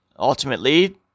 ultimately